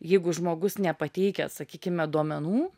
jeigu žmogus nepateikia sakykime duomenų